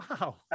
wow